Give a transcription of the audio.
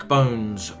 Bones